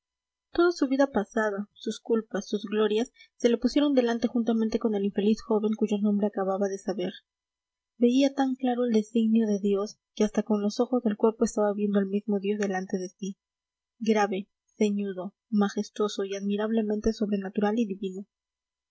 toda su vida pasada sus culpas sus glorias se le pusieron delante juntamente con el infeliz joven cuyo nombre acababa de saber veía tan claro el designio de dios que hasta con los ojos del cuerpo estaba viendo al mismo dios delante de sí grave ceñudo majestuoso y admirablemente sobrenatural y divino